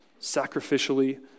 sacrificially